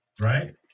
right